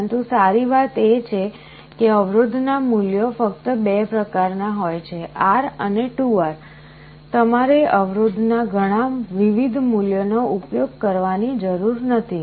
પરંતુ સારી વાત એ છે કે અવરોધના મૂલ્યો ફક્ત 2 પ્રકારના હોય છે R અને 2R તમારે અવરોધના ઘણાં વિવિધ મૂલ્યોનો ઉપયોગ કરવાની જરૂર નથી